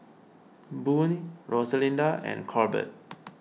Boone Rosalinda and Corbett